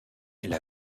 elle